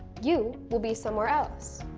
you will be somewhere else.